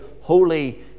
holy